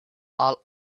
all